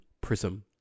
prism